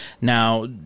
now